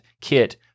kit